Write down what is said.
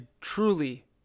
truly